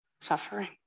suffering